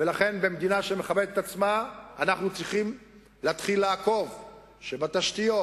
ולכן במדינה שמכבדת את עצמה אנחנו צריכים להתחיל לעקוב שבתשתיות,